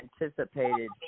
anticipated